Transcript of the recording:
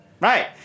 Right